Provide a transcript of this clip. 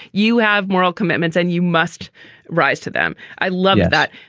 you have moral commitments, and you must rise to them. i love that